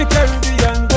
Caribbean